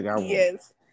Yes